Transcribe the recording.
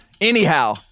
Anyhow